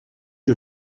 you